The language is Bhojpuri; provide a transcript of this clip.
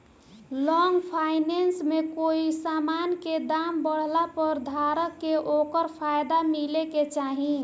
लॉन्ग फाइनेंस में कोई समान के दाम बढ़ला पर धारक के ओकर फायदा मिले के चाही